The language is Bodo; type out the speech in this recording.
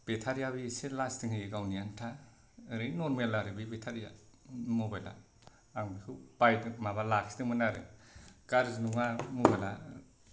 बेटारि आबो इसे लास्थिं होयो गावनि आनथा ओरैनो नरमेल आरो बेटारि या मबाइला आं बायदों माबा लाखिदोंमोन आरो गाज्रि नङा मबाइला